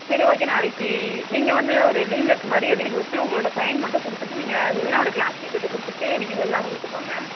சரி ஓகே நாளைக்கு நீங்கள் வந்து ஒரு லீவு லெட்ரு மாரி எழுதிக் கொடுத்து உங்களோடய சைன் மட்டும் கொடுத்துட்டு நீங்கள் ஹெலினாவோடய கிளாஸ் டீச்சர்கிட்ட கொடுத்துட்டு நீங்கள் ஹெலினாவை கூட்டிகிட்டுப் போங்க